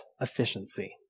efficiency